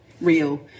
real